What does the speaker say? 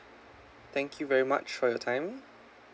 thank you very much for your time